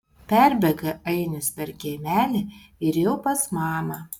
perbėga ainius per kiemelį ir jau pas mamą